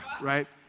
right